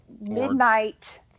midnight